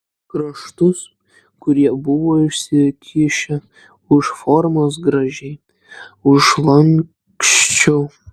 kraštus kurie buvo išsikišę už formos gražiai užlanksčiau